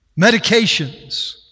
Medications